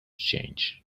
change